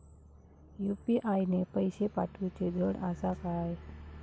UPI ने पैशे पाठवूचे धड आसा काय?